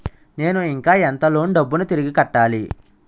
నేను ఇంకా ఎంత లోన్ డబ్బును తిరిగి కట్టాలి?